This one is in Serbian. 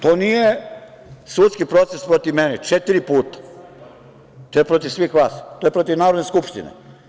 To nije sudski proces protiv mene, četiri puta, to je protiv svih vas, to je protiv Narodne skupštine.